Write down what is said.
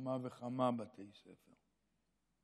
בכמה וכמה בתי ספר.